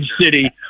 city